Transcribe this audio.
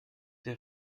der